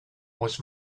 was